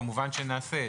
כמובן שנעשה זאת.